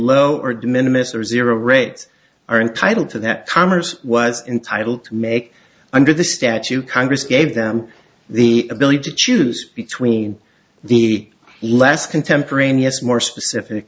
rates are entitled to that commerce was entitled to make under the statute congress gave them the ability to choose between the less contemporaneous more specific